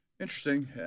Interesting